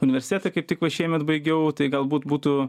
universitetą kaip tik va šiemet baigiau tai galbūt būtų